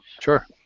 Sure